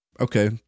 Okay